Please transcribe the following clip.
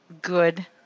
good